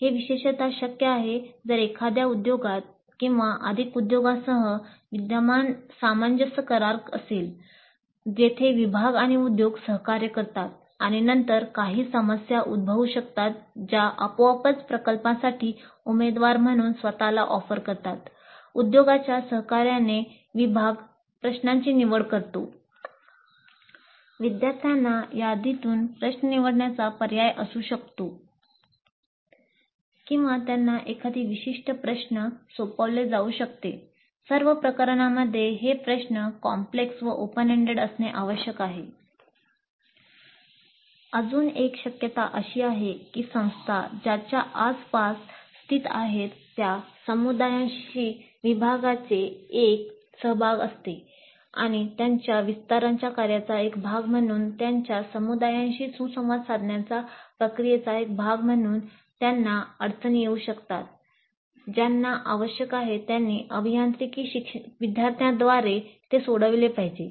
हे विशेषतः शक्य आहे जर एखाद्या उद्योगात किंवा अधिक उद्योगांसह विद्यमान सामंजस्य करार असेल जेथे विभाग आणि उद्योग सहकार्य करतात आणि नंतर काही समस्या उद्भवू शकतात ज्या आपोआपच प्रकल्पांसाठी उमेदवार म्हणून स्वतला ऑफर असणे आवश्यक आहे अजून एक शक्यता अशी आहे की संस्था ज्यांच्या आसपास स्थित आहे त्या समुदायाशी विभागाचे एक सहभाग असते आणि त्यांच्या विस्ताराच्या कार्याचा एक भाग म्हणून त्यांच्या समुदायांशी सुसंवाद साधण्याच्या प्रक्रियेचा एक भाग म्हणून त्यांना अडचणी येऊ शकतात ज्यांना आवश्यक आहे त्यांनी अभियांत्रिकी विद्यार्थ्यांद्वारे ते सोडवले पाहिजे